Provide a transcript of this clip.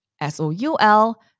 S-O-U-L